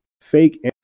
fake